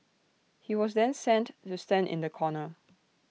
he was then sent to stand in the corner